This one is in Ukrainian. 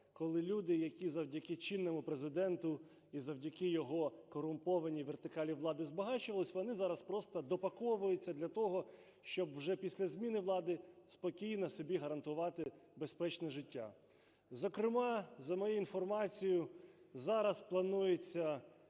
коли люди, які завдяки чинному Президенту і завдяки його корумпованій вертикалі влади збагачувалися, вони зараз просто допаковуються для того, щоб вже після зміни влади спокійно собі гарантувати безпечне життя. Зокрема, за моєю інформацією, зараз планується